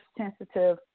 sensitive